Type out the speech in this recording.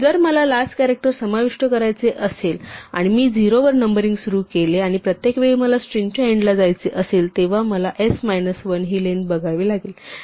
जर मला last character समाविष्ट करायचे असेल आणि मी 0 वर नंबरिंग सुरु केले आणि प्रत्येक वेळी मला स्ट्रिंगच्या एंडला जायचे असेल तेव्हा मला s मायनस 1 ची लेंग्थ बघावी लागेल